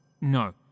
No